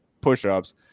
push-ups